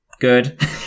Good